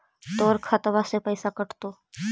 तोर खतबा से पैसा कटतो?